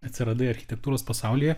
atsiradai architektūros pasaulyje